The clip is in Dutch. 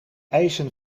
eisen